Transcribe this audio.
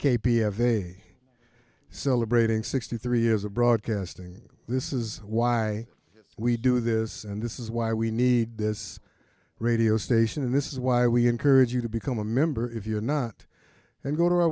a celebrating sixty three years of broadcasting this is why we do this and this is why we need this radio station and this is why we encourage you to become a member if you're not then go to